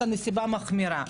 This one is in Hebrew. נתקלתי בזה לאחרונה בחיפה.